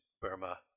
Burma